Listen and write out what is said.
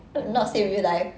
not say real life